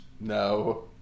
No